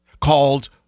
called